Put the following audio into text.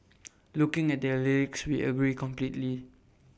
looking at their lyrics we agree completely